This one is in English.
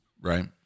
right